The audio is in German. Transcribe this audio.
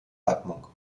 atmung